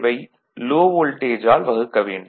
வை low லோல்டேஜால் வகுக்க வேண்டும்